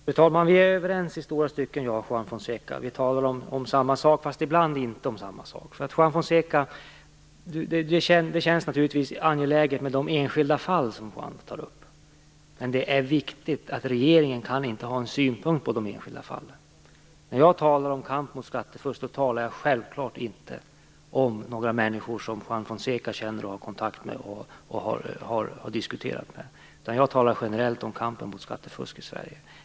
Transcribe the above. Fru talman! Jag och Juan Fonseca är överens i stora stycken. Vi talar om samma sak, men ibland talar vi inte om samma sak. Det känns naturligtvis angeläget med de enskilda fall som Juan Fonseca tar upp, men det är viktigt att säga att regeringen inte kan ha någon synpunkt på de enskilda fallen. När jag talar om kampen mot skattefusket talar jag självfallet inte om några människor som Juan Fonseca känner, har kontakt med och har diskuterat med. Jag talar generellt om kampen mot skattefusk i Sverige.